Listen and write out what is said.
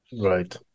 Right